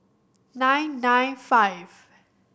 nine nine five